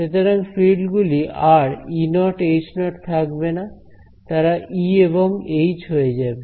সুতরাং ফিল্ড গুলি আর E0 H0 থাকবে না তারা E এবং H হয়ে যাবে